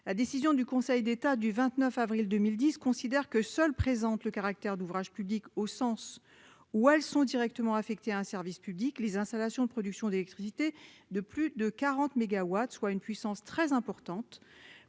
sa décision du 29 avril 2010, le Conseil d'État considère que seules présentent le caractère d'ouvrages publics, au sens où elles sont directement affectées à un service public, les installations de production d'électricité de plus de 40 mégawatts, soit une puissance très importante-